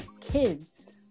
kids